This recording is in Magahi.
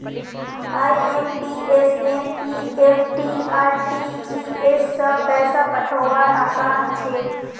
आइ.एम.पी.एस एन.ई.एफ.टी आर.टी.जी.एस स पैसा पठऔव्वार असान हछेक